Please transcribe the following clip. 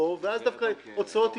ישתמשו, ואז ההוצאות יגברו.